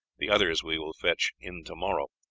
the others we will fetch in to-morrow,